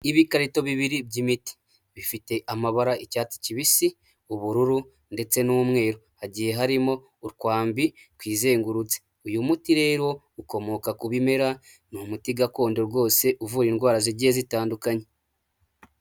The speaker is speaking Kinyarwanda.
Ibikarito bibiri by'imiti, bifite amabara icyatsi kibisi, ubururu ndetse n'umweru, hagiye harimo utwambi twizengururutse, uyu muti rero ukomoka ku bimera, ni umuti gakondo rwose uvura indwara zigiye zitandukanye.